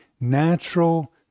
natural